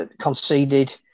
conceded